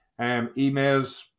emails